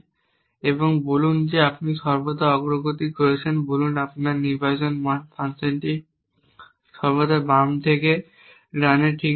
এবং বলুন যে আপনি সর্বদা অগ্রগতি করছেন বলুন আপনার নির্বাচন মান ফাংশনটি সর্বদা বাম থেকে ডানে মান ঠিক করে